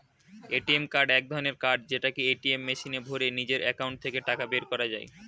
ATM card এক ধরণের card যেটাকে এটিএম মেশিনে ভরে নিজের একাউন্ট থেকে টাকা বের করা যায়